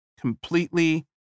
completely